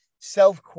self